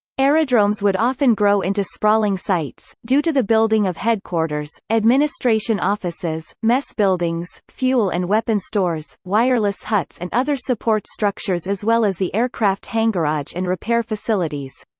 aerodromes would often grow into sprawling sites, due to the building of headquarters administration offices, mess buildings, fuel and weapon stores, wireless huts and other support structures as well as the aircraft hangarage and repair facilities.